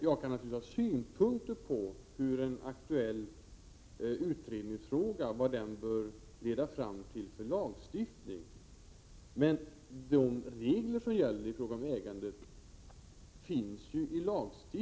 Jag kan naturligtvis ha synpunkter på vad en aktuell utredningsfråga bör leda fram till för lagstiftning, men de regler som gäller i fråga om ägande finns ju i lagen. — Prot.